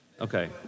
Okay